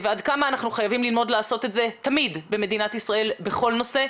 ועד כמה אנחנו חייבים ללמוד לעשות את זה תמיד במדינת ישראל בכל נושא.